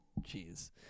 Jeez